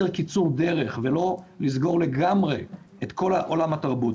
ולכן כדי לייצר קיצור דרך ולא לסגור לגמרי את כל עולם התרבות,